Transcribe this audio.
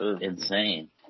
insane